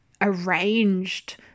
arranged